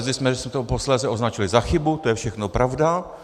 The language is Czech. Leckdy jsme to posléze označili za chybu, to je všechno pravda.